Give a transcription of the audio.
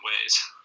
ways